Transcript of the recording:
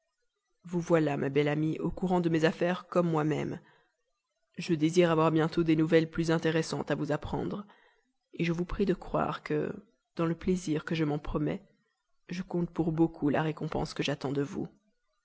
vous voilà ma belle amie au courant de mes affaires comme moi-même je désire avoir bientôt des nouvelles plus intéressantes à vous apprendre je vous prie de croire que dans le plaisir que je m'en promets je compte pour beaucoup la récompense que j'en attends de vous